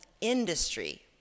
industry